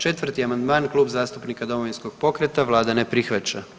4. amandman Klub zastupnika Domovinskog pokreta vlada ne prihvaća.